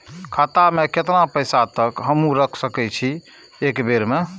खाता में केतना पैसा तक हमू रख सकी छी एक बेर में?